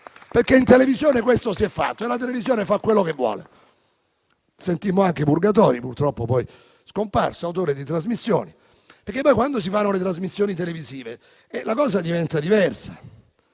perché in televisione questo si è fatto e la televisione fa quello che vuole. Sentimmo anche Purgatori, purtroppo poi scomparso, autore di trasmissioni. Perché poi, quando si fanno le trasmissioni televisive, la cosa diventa diversa,